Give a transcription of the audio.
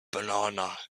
banana